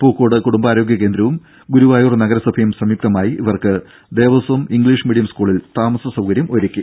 പൂക്കോട് കുടുംബാരോഗ്യ കേന്ദ്രവും ഗുരുവായൂർ നഗരസഭയും സംയുക്തമായി ഇവർക്ക് ദേവസ്വം ഇംഗ്ലീഷ് മീഡിയം സ്കൂളിൽ താമസ സൌകര്യം ഒരുക്കി